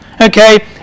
Okay